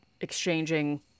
exchanging